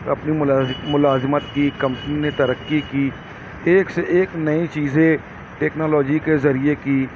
اپنی ملازم ملازمت کی کمپنی نے ترقی کی ایک سے ایک نئی چیزیں ٹیکنالوجی کے ذریعے کی